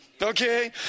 Okay